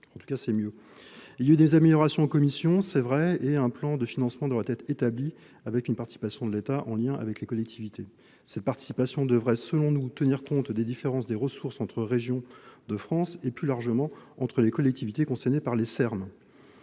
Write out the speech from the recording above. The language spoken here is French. en tout cas c'est mieux il y eu des améliorations en commission, c'est vrai et un plan de financement devra être établi avec une participation de l'état en lien avec les collectivités. Cette participation devrait selon nous tenir compte des différences des ressources entre les régions de France et, plus largement, entre les collectivités concernées par les Er